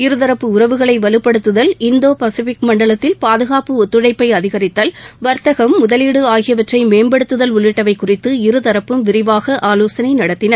இருதரப்பு உறவுகளை வலுப்படுத்துதல் இந்தோ பசிபிக் மண்டலத்தில் பாதுகாப்பு ஒத்துழைப்பை அதிகித்தல் வாத்தகம் முதலீடு ஆகியவற்றை மேம்படுத்துதல் உள்ளிட்டவை குறித்து இருதரப்பும் விரிவாக ஆலோசனை நடத்தின